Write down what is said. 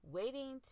waiting